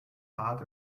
hart